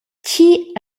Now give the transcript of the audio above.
tgi